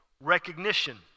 recognition